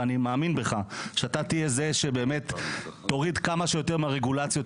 ואני מאמין בך שאתה תהיה זה שבאמת תוריד כמה שיותר מהרגולציות